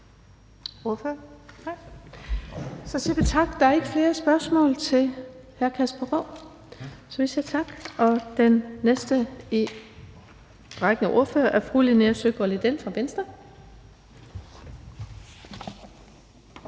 Vi siger tak. Der er ikke flere spørgsmål til hr. Kasper Roug, og den næste i ordførerrækken er fru Linea Søgaard-Lidell fra Venstre.